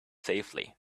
safely